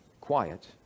quiet